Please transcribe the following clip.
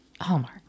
Hallmark